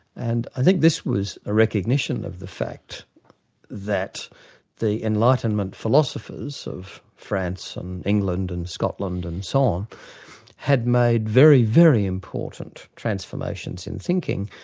and i think this was a recognition of the fact that the enlightenment philosophers of france and england and scotland and had made very, very important transformations in thinking,